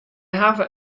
hawwe